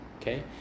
Okay